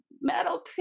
metal